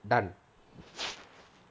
done